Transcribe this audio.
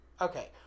okay